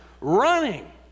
running